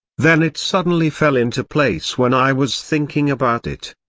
then it suddenly fell into place when i was thinking about it.